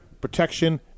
protection